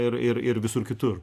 ir ir visur kitur